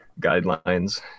guidelines